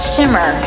shimmer